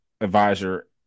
advisor